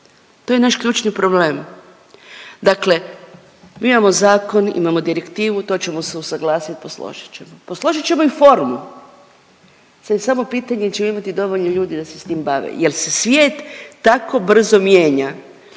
To je naš ključni problem. Dakle mi imamo zakon, imamo Direktivu, to ćemo se usuglasit, posložit ćemo. Posložit ćemo i formu. Sad je smo pitanje hoćemo li imati dovoljno ljudi da se s tim bave jer se svijet tako brzo mijenja